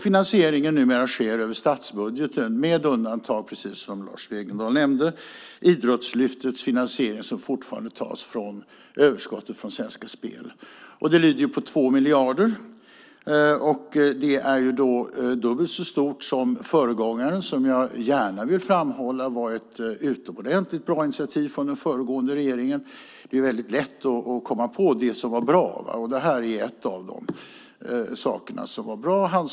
Finansieringen sker numera genom statsbudgeten med undantag, precis som Lars Wegendal nämnde, för Idrottslyftets finansiering som fortfarande tas ifrån överskottet hos Svenska Spel. Det ligger på 2 miljarder. Det är dubbelt så stort som föregångaren, som jag gärna vill framhålla har varit ett utomordentligt bra initiativ från den föregående regeringen. Det är lätt att komma på det som var bra, och Handslaget var en av de sakerna som var bra.